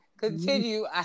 continue